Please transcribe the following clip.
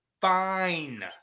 fine